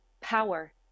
power